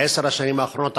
בעשר השנים האחרונות,